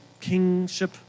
kingship